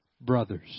brothers